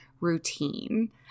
routine